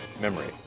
memory